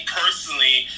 personally